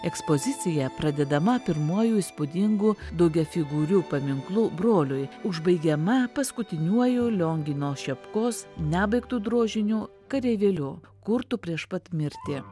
ekspozicija pradedama pirmuoju įspūdingu daugiafigūriu paminklu broliui užbaigiama paskutiniuoju liongino šepkos nebaigtu drožiniu kareivėliu kurtu prieš pat mirtį